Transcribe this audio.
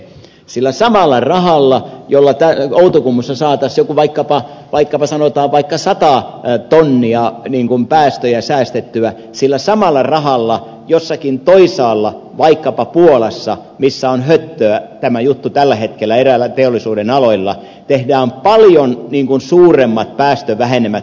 sillä samalla rahalla jolla outokummussa saataisiin sanotaan vaikkapa sata tonnia päästöjä säästettyä jossakin toisaalla vaikkapa puolassa missä on höttöä tämä juttu tällä hetkellä eräillä teollisuudenaloilla saadaan aikaan paljon suuremmat päästövähenemät